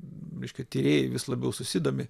reiškia tyrėjai vis labiau susidomi